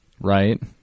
Right